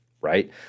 right